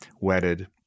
wedded